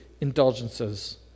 indulgences